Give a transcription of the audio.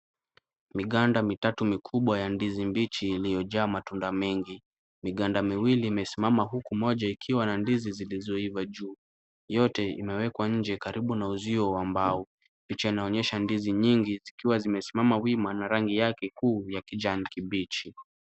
Miganda mitatu mikubwa ya ndizi mbichi iliyojaa matunda mengi, miganda miwili imesimama huku moja ikiwa na ndizi zilizoiva juu. Yote imewekwa nje karibu na uzio wa mbao. Picha inaonyesha ndizi nyingi, zikiwa zimesimama wima na rangi yake kuu ya kijani kibichi.